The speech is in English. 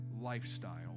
lifestyle